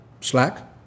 slack